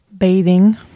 bathing